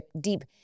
deep